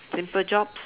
simple jobs